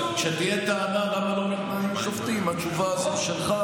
בקיצור, זו שיטה להאשים את הצד האחר.